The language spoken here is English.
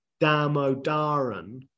Damodaran